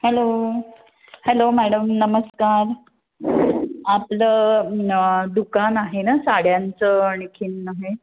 hello hello madam नमस्कार आपलं दुकान आहे ना साड्यांचं आणखी हे